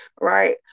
right